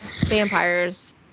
vampires